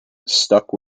stuck